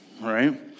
right